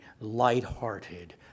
light-hearted